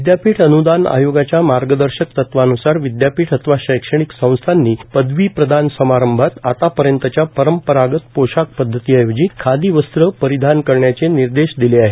विद्यापीठ अन्दान आयोगानं मार्गदर्शक तत्वान्सार विद्यापीठ अथवा शैक्षणिक संस्थांनी पदवीप्रदान समारंभात परंपरागत पोशाख पद्धतीऐवजी खादी वस्त्र परिधान करण्याचे निर्देश दिले आहेत